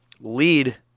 lead